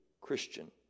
Christian